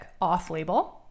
off-label